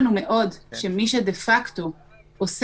סמכויות לערוך הליך שדומה מאוד במאפיינים שלו להליך